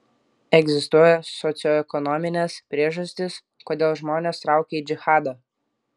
egzistuoja socioekonominės priežastys kodėl žmonės traukia į džihadą